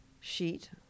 sheet